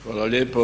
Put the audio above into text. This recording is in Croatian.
Hvala lijepo.